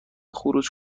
خروج